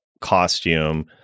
costume